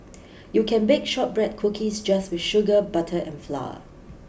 you can bake shortbread cookies just with sugar butter and flour